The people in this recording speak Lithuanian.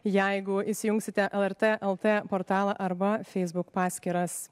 jeigu įsijungsite lrt lt portalą arba facebook paskyras